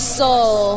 soul